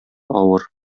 авыр